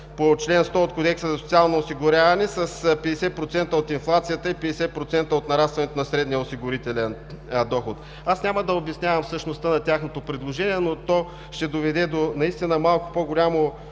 по чл. 100 от Кодекса за социално осигуряване с 50% от инфлацията и 50% от нарастването на средния осигурителен доход. Няма да обяснявам същността на тяхното предложение, но то ще доведе до наистина малко по-голямо